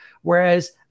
Whereas